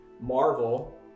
Marvel